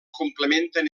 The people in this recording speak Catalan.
complementen